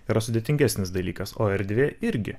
yra sudėtingesnis dalykas o erdvė irgi